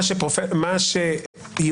דבר אחרון ובזה אסיים כי לדעתי מה שאמר